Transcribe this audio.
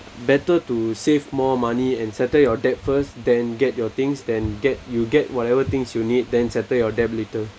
better to save more money and settle your debt first then get your things than get you get whatever things you need then settle your debt later